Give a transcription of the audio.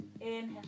Inhale